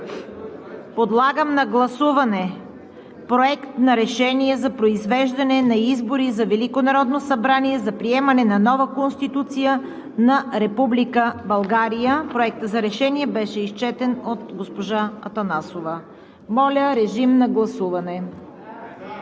подлагам на гласуване Проект на решение за произвеждане на избори за Велико Народно събрание за приемане на нова Конституция на Република България. Проектът за решение беше изчетен от госпожа Атанасова. Моля, режим на гласуване.